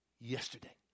yesterday